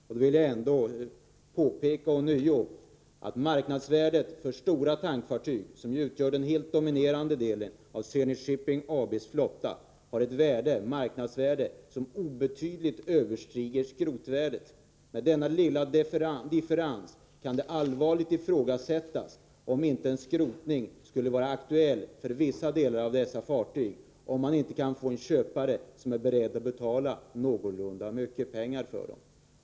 Jag vill ändå ånyo påpeka att marknadsvärdet för stora tankfartyg, som utgör den helt dominerande delen av Zenit Shipping AB:s flotta, obetydligt överstiger skrotvärdet. Med tanke på denna ringa differens kan det allvarligt ifrågasättas om inte en skrotning borde vara aktuell för vissa delar av fartygsflottan, om man inte kan finna en köpare som är beredd att betala någorlunda mycket pengar för fartygen.